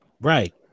Right